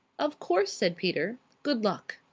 of course, said peter. good luck.